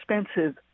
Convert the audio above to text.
expensive